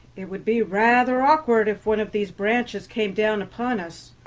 it would be rather awkward if one of these branches came down upon us.